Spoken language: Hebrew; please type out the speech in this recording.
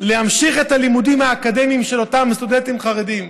להמשיך את הלימודים האקדמיים של אותם סטודנטים חרדים,